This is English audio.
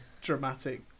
dramatic